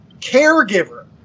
caregiver